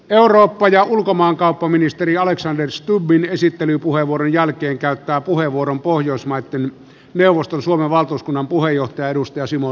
eurooppa ja ulkomaankauppaministeri alexander stubbin esittelypuheenvuoron jälkeen käyttää puheenvuoron pohjoismaiden neuvoston suomen valtuuskunnan puheenjohtaja simo rundgren